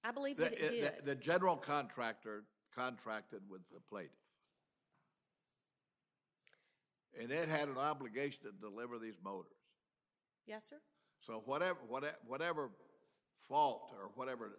i believe that the general contractor contracted with the plate and it had an obligation to deliver these motors so whatever whatever whatever fault or whatever